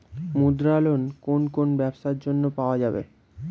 মুদ্রা লোন কোন কোন ব্যবসার জন্য পাওয়া যাবে?